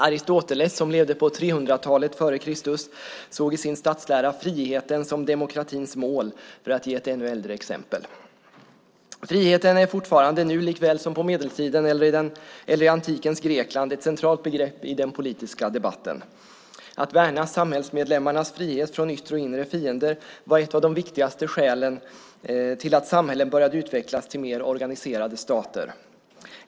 Aristoteles, som levde på 300-talet före Kristus, såg i sin statslära friheten som demokratins mål, för att ge ett ännu äldre exempel. Friheten är fortfarande, nu likaväl som på medeltiden eller i antikens Grekland, ett centralt begrepp i den politiska debatten. Att värna samhällsmedlemmarnas frihet från yttre och inre fiender var ett av de viktigaste skälen till att samhällen började utvecklas till mer organiserade stater.